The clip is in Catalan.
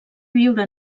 viure